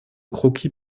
croquis